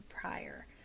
prior